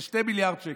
זה 2 מיליארד שקל.